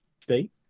state